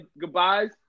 goodbyes